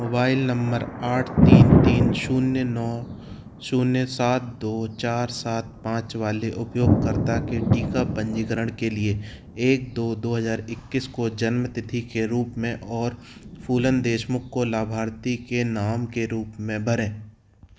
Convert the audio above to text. mobile नम्बर आठ तीन तीन शून्य नौ शून्य सात दो चार सात पाँच वाले उपयोगकर्ता के टीका पंजीकरण के लिए एक दो दो हज़ार इक्कीस को जन्म तिथि के रूप में और फूलन देशमुख को लाभार्थी के नाम के रूप में भरें